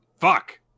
Fuck